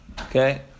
okay